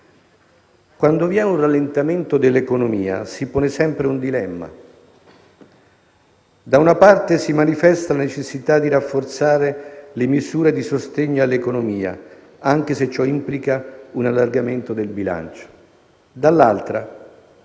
Quando abbiamo un rallentamento dell'economia, si pone sempre un dilemma: da una parte si manifesta la necessità di rafforzare le misure di sostegno all'economia, anche se ciò implica un allargamento del bilancio; dall'altra,